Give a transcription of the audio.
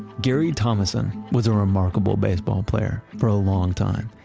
gary thomasson was a remarkable baseball player for a long time.